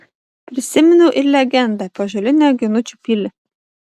prisiminiau ir legendą apie ąžuolinę ginučių pilį